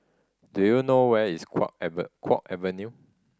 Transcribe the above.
do you know where is Kwong ever Kwong Avenue